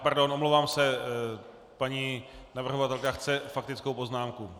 Pardon, omlouvám se, paní navrhovatelka chce faktickou poznámku.